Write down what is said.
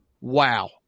wow